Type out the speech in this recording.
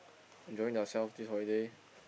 enjoying their selves this holiday